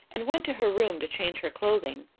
and went to her room to change her clothing.